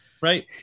right